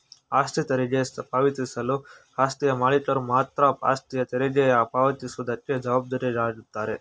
ಆಸ್ತಿ ತೆರಿಗೆ ಪಾವತಿಸಲು ಆಸ್ತಿಯ ಮಾಲೀಕರು ಮಾತ್ರ ಆಸ್ತಿಯ ತೆರಿಗೆ ಪಾವತಿ ಸುವುದಕ್ಕೆ ಜವಾಬ್ದಾರಾಗಿರುತ್ತಾರೆ